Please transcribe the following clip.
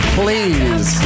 please